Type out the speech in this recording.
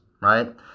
right